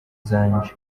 zanjye